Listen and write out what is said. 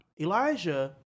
Elijah